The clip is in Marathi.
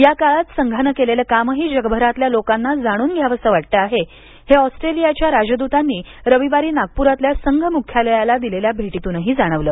या काळात संघानं केलेलं कामही जगभरातल्या लोकांना जाणून घ्यावसं वाटतं आहे हे ऑस्ट्रेलियाच्या राजद्तांनी रविवारी नागप्रातल्या संघ मुख्यालयाला दिलेल्या भेटीतूनही जाणवलं